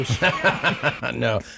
No